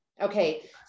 Okay